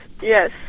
yes